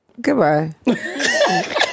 goodbye